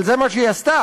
אבל זה מה שהיא עשתה,